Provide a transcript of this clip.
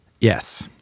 Yes